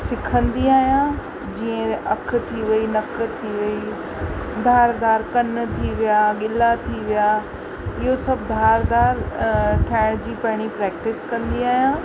सिखंदी आहियां जीअं अखि थी वई नक थी वई धार धार कनि थी विया गिला थी विया इहो सभु धार धार ठाहिजी पहिरीं प्रैक्टिस कंदी आहियां